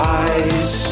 eyes